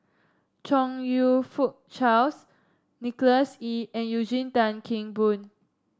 Chong You Fook Charles Nicholas Ee and Eugene Tan Kheng Boon